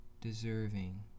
deserving